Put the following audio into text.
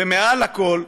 ומעל לכול,